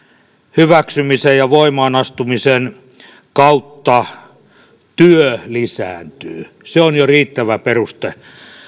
hyväksymisen ja voimaan astumisen kautta työ lisääntyy se on jo riittävä peruste